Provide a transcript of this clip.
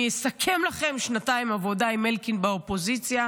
אני אסכם לכם שנתיים עבודה עם אלקין באופוזיציה.